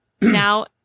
Now